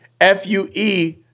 F-U-E